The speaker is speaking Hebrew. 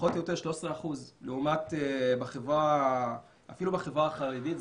פחות או יותר 13% לעומת אפילו החברה החרדית,